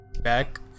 back